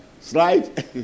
Slide